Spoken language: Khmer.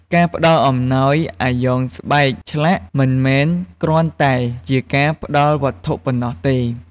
ការផ្តល់អំណោយអាយ៉ងស្បែកឆ្លាក់ មិនមែនគ្រាន់តែជាការផ្តល់វត្ថុប៉ុណ្ណោះទេ។